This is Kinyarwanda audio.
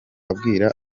abwira